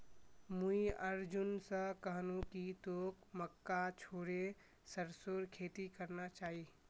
मुई अर्जुन स कहनु कि तोक मक्का छोड़े सरसोर खेती करना चाइ